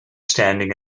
standing